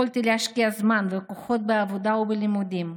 יכולתי להשקיע זמן וכוחות בעבודה ובלימודים.